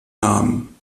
namen